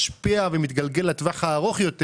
משפיע ומתגלגל לטווח הארוך יותר,